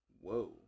Whoa